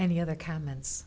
any other comments